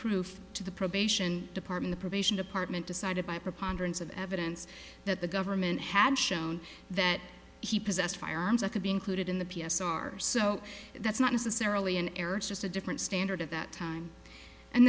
proof to the probation department probation department decided by preponderance of evidence that the government had shown that he possessed firearms i could be included in the p s r so that's not necessarily an error it's just a different standard of that time and